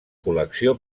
col·lecció